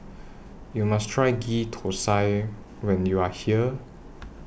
YOU must Try Ghee Thosai when YOU Are here